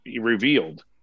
revealed